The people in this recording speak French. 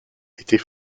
était